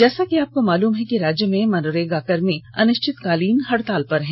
जैसा की आपको मालूम है कि राज्य के मनरेगाकर्मी अनिश्चितकालीन हड़ताल पर हैं